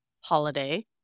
holiday